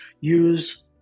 use